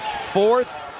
fourth